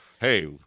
hey